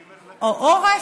העורף,